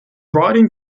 riding